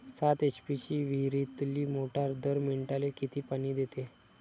सात एच.पी ची विहिरीतली मोटार दर मिनटाले किती पानी देते?